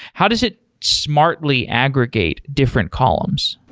how does it smartly aggregate different columns?